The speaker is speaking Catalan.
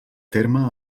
terme